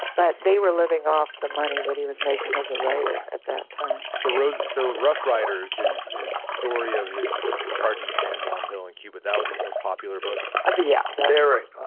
but they were living off the money that he was making as a writer at that time so rough so rough riders, his his story of his charging san juan hill in cuba, that was his most popular book? yes yeah very